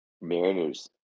Mariners